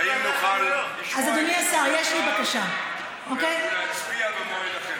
האם נוכל לשמוע את תשובת השר ולהצביע במועד אחר?